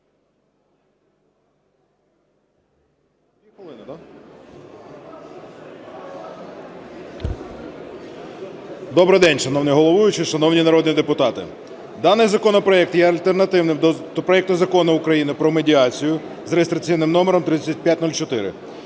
Добрий день, шановний головуючий, шановні народні депутати! Даний законопроект є альтернативним до проекту Закону України про медіацію за реєстраційним номером 3504,